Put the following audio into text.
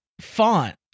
font